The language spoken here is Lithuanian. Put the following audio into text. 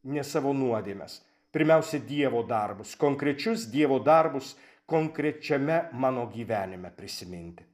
ne savo nuodėmes pirmiausia dievo darbus konkrečius dievo darbus konkrečiame mano gyvenime prisiminti